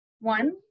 One